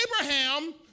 Abraham